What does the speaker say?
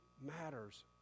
matters